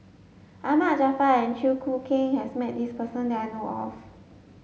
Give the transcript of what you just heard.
Ahmad Jaafar and Chew Choo Keng has met this person that I know of